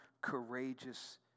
courageous